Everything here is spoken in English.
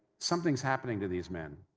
something's happening to these men.